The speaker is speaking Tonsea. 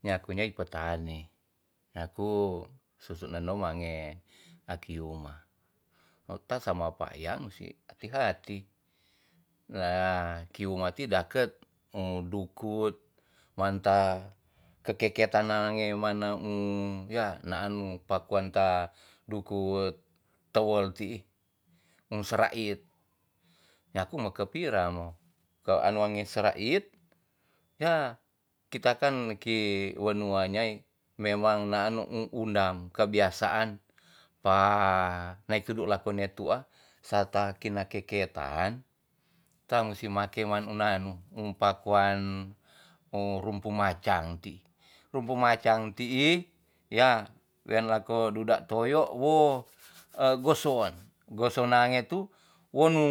Nyaku nyai petani nyaku susut nendo mange aki uma e ta sama pakyang si hati hati na kiuma ti daket um dukut manta kekek ketan ngane mana u ya naan mu pakuan ta dukut tewel ti'i um sera it nyaku mekepira mo ke anu nge sera it ya kita kan ki wanua nyai memang naanu u undang kebiasaan pa nae tudu la ko ni tu'a sata kina keketan kita musi makenam unna nu um pakuan u rumpu macam ti rumpu macam ti'i ya wean lako duda toyo wo e goson goson nange tu won nu